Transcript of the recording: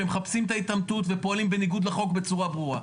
שמחפשים את ההתעמתות ופועלים בניגוד לחוק בצורה ברורה?